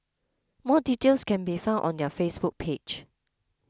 more details can be found on their Facebook page